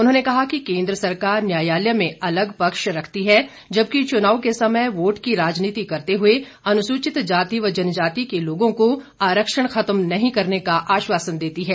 उन्होंने कहा कि केन्द्र सरकार न्यायालय में अलग पक्ष रखती है जबकि चुनाव के समय वोट की राजनीति करते हुए अनुसूचित जाति व जनजाति के लोगों को आरक्षण खत्म नहीं करने का आश्वासन देती है